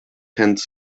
tents